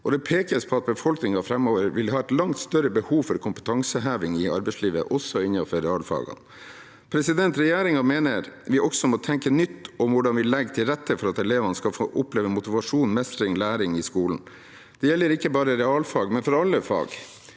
Det pekes på at befolkningen framover vil ha et langt større behov for kompetanseheving i arbeidslivet også innenfor realfagene. Regjeringen mener vi også må tenke nytt om hvordan vi legger til rette for at elevene skal få oppleve motivasjon, mestring og læring i skolen. Det gjelder ikke bare for realfag, men for alle fag.